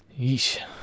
Yeesh